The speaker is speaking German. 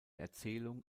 erzählung